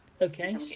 Okay